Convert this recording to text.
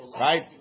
Right